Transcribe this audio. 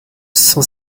cent